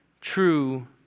true